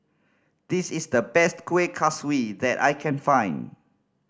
this is the best Kueh Kaswi that I can find